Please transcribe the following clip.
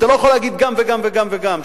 אתה לא יכול להגיד גם וגם וגם וגם.